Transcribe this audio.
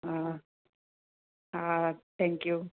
हा हा थैंक्यू